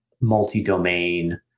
multi-domain